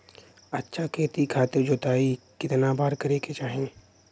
अच्छा खेती खातिर जोताई कितना बार करे के चाही?